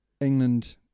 England